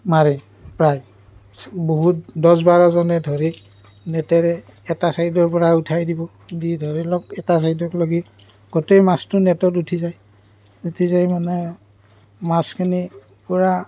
মাৰে প্ৰায় বহুত দছ বাৰজনে ধৰি নেটেৰে এটা ছাইডৰ পৰা উঠাই দিব দি ধৰি লওক এটা ছাইডক লেগি গোটেই মাছটো নেটত উঠি যায় উঠি যায় মানে মাছখিনি পূৰা